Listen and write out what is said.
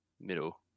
Middle